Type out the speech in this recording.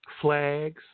flags